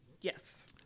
Yes